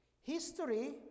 history